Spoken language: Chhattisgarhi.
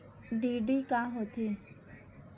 डी.डी का होथे?